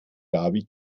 gaby